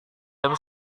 jam